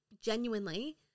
genuinely